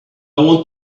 want